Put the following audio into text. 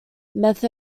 meath